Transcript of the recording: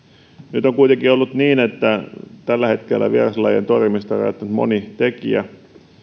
nyt on kuitenkin ollut niin että tällä hetkellä vieraslajien torjumista on rajoittanut moni tekijä